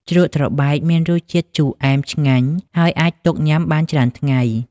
ជ្រក់ត្របែកមានរសជាតិជូរអែមឆ្ងាញ់ ហើយអាចទុកញ៉ាំបានច្រើនថ្ងៃ។